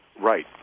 Right